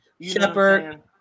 Shepard